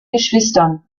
geschwistern